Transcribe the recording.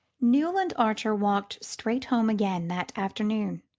newland archer walked straight home again that afternoon.